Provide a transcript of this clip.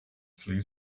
flu